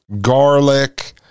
garlic